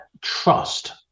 trust